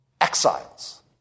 exiles